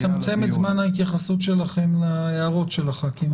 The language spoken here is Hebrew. זה יכול לצמצם את זמן ההתייחסות שלכם להערות של חברי הכנסת.